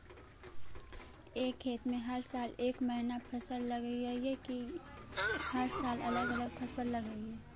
एक खेत में हर साल एक महिना फसल लगगियै कि हर साल अलग अलग फसल लगियै?